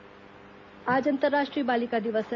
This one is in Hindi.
बालिका दिवस आज अन्तर्राट्रीय बालिका दिवस है